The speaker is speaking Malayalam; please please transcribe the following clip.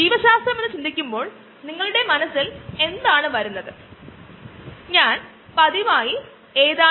ബയോ ഡീസൽ നമ്മുടെ രാജ്യത്ത് ഉപയോഗിക്കുന്നു ചെടി ഉറവിടങ്ങളിൽ നിന്നും റയിൽവേ കാര്യങ്ങൾ പ്രവർത്തിപ്പിക്കാൻ ഇത് ന്യായമായ ഒരു പരിധിയിൽ ഉപയോഗിക്കുന്നു